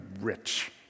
rich